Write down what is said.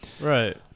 Right